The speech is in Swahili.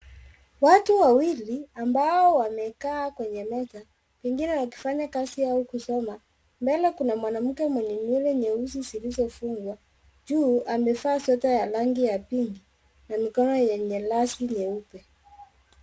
Watu wawili ambao wamekaa kwenye meza pengine wakifanya kazi au kusoma. Mbele kuna mwanamke mwenye nywele nyeusi zilizofungwa, juu amevaa sweta ya rangi ya pinki na mkono enye lasi nyeupe.